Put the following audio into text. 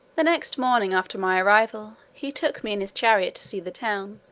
the next morning after my arrival, he took me in his chariot to see the town,